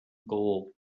gold